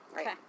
Okay